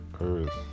Earth